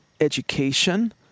education